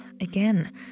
again